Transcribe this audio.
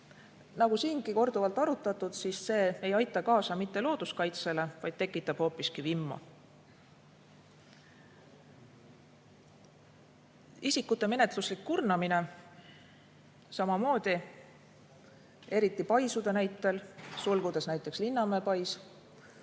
Nagu siingi korduvalt arutatud, see ei aita kaasa mitte looduskaitsele, vaid tekitab hoopiski vimma. Isikute menetluslik kurnamine samamoodi, eriti paisude näitel (Linnamäe),